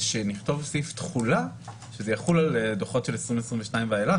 וכשנכתוב סעיף תחולה זה יחול על דוחות של 2022 ואילך